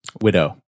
Widow